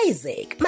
Isaac